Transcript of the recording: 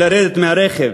לרדת מהרכב.